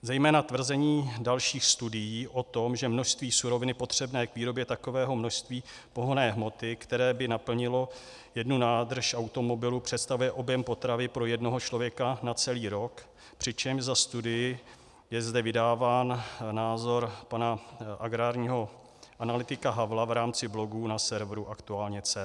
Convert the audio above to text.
Zejména tvrzení dalších studií o tom, že množství suroviny potřebné k výrobě takového množství pohonné hmoty, které by naplnilo jednu nádrž automobilu, představuje objem potravy pro jednoho člověka na celý rok, přičemž za studii je zde vydáván názor agrárního analytika pana Havla v rámci blogů na serveru aktualne.cz.